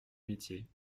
métier